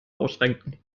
ausrenken